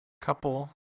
couple